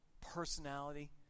personality